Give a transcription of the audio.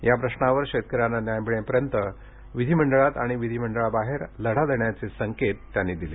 या प्रश्नावर शेतकऱ्यांना न्याय मिळेपर्यंत विधीमंडळात आणि विधीमंडळाबाहेर लढा देण्याचे संकेत त्यांनी दिले